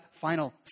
final